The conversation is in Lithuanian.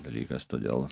dalykas todėl